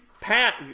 pat